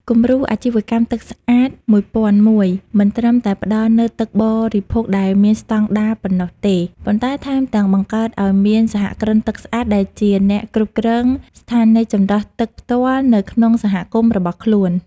គំរូអាជីវកម្ម ទឹកស្អាត ១០០១ មិនត្រឹមតែផ្ដល់នូវទឹកបរិភោគដែលមានស្ដង់ដារប៉ុណ្ណោះទេ ប៉ុន្តែថែមទាំងបង្កើតឱ្យមាន "សហគ្រិនទឹកស្អាត" ដែលជាអ្នកគ្រប់គ្រងស្ថានីយចម្រោះទឹកផ្ទាល់នៅក្នុងសហគមន៍របស់ខ្លួន។